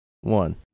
one